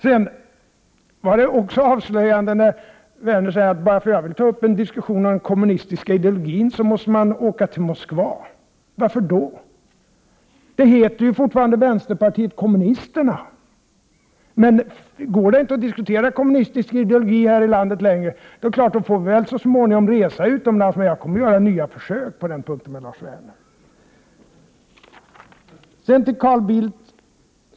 Det var också avslöjande för Lars Werner när han sade att man måste åka till Moskva bara för att föra en diskussion om den kommunistiska ideologin. Varför? Det heter ju fortfarande vänsterpartiet kommunisterna. Går det inte att diskutera kommunistisk ideologi här i landet längre får vi väl så småningom resa utomlands, men jag kommer att göra nya försök på den punkten med Lars Werner.